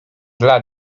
dla